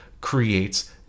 creates